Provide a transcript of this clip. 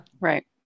right